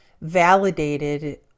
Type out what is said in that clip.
validated